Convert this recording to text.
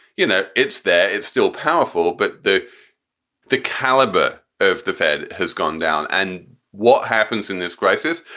you know, it's there. it's still powerful. but the the caliber of the fed has gone down. and what happens in this crisis?